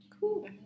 cool